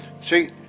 See